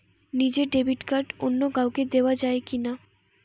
নিজের debit card অন্য কাউকে দেওয়া যায় কি না?